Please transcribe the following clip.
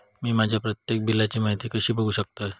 मी माझ्या प्रत्येक बिलची माहिती कशी बघू शकतय?